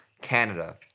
Canada